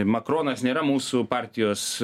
makronas nėra mūsų partijos